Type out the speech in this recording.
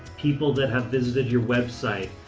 people that have visited your website.